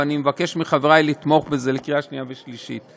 ואני מבקש מחברי לתמוך בזה בקריאה שנייה ושלישית.